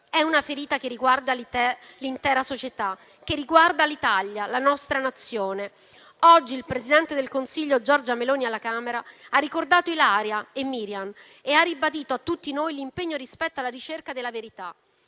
È una ferita che riguarda l'intera società, l'Italia, la nostra Nazione. Oggi il presidente del Consiglio Giorgia Meloni ha ricordato alla Camera Ilaria e Miran e ha ribadito a tutti noi l'impegno rispetto alla ricerca della verità.